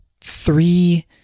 three